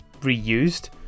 Reused